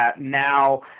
now